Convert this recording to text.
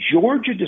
Georgia